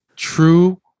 true